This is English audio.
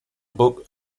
book